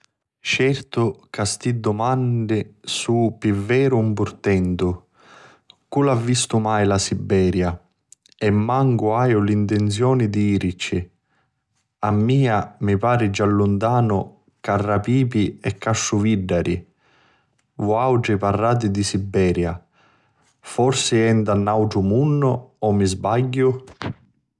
Certu ca sti dumanni sunnu pi veru un purtentu. Cu' l'ha' vistu mai la Siberia e mancu haiu ntinzioni di jirici. A mia mi pari giù luntanu Carrapipi e Castruviddari, vuatri parrati di Siberia. Forsi è nta nàutru munnu o mi sbagghiu?